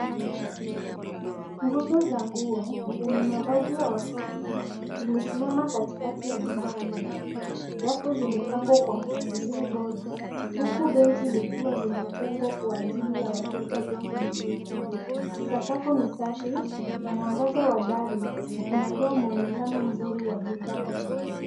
Nguzo za nguo zenye mavazi ya watoto zimesimama katikati ya duka kubwa. Rafu zimepangwa kwa mpangilio bora huku benchi likiwa limetengwa kwa ajili ya wateja kupumzika. Sakafu ni safi na mwangaza wa dari unatoa mwonekano mzuri wa bidhaa.